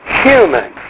human